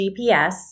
GPS